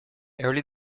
early